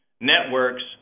networks